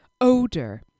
odor